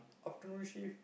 afternoon shift